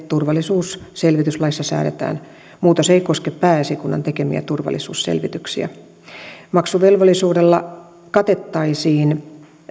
turvallisuusselvityslaissa säädetään muutos ei koske pääesikunnan tekemiä turvallisuusselvityksiä maksuvelvollisuudella katettaisiin